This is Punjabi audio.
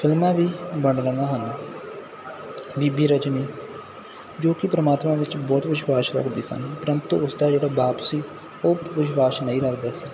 ਫਿਲਮਾਂ ਵੀ ਬਣ ਰਹੀਆਂ ਹਨ ਬੀਬੀ ਰਜਨੀ ਜੋ ਕਿ ਪਰਮਾਤਮਾ ਵਿੱਚ ਬਹੁਤ ਵਿਸ਼ਵਾਸ ਰੱਖਦੀ ਸਨ ਪ੍ਰੰਤੂ ਉਸਦਾ ਜਿਹੜਾ ਬਾਪ ਸੀ ਉਹ ਵਿਸ਼ਵਾਸ ਨਹੀਂ ਰੱਖਦਾ ਸੀ